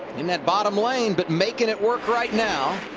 in that bottom lane, but making it work right now.